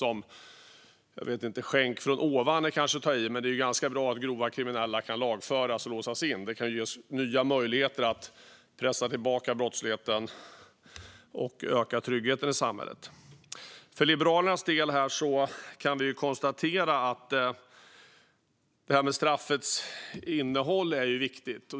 Att kalla detta en skänk från ovan kanske är att ta i, men det är ganska bra att grovt kriminella kan lagföras och låsas in; det kan ge nya möjligheter att pressa tillbaka brottsligheten och öka tryggheten i samhället. För Liberalernas del kan vi konstatera att det här med straffets innehåll är viktigt.